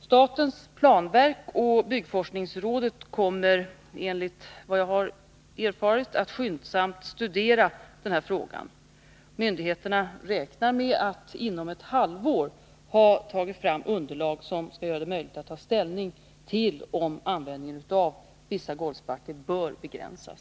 Statens planverk och byggforskningsrådet kommer enligt vad jag har erfarit att skyndsamt studera denna fråga. Myndigheterna räknar med att inom ett halvår ha tagit fram underlag som skall göra det möjligt att ta ställning till om användningen av vissa golvspackel bör begränsas.